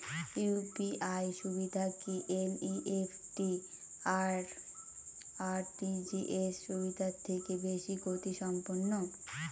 UPI সুবিধা কি NEFT আর আর.টি.জি.এস সুবিধা থেকে বেশি গতিসম্পন্ন?